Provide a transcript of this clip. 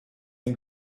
ihm